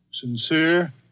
sincere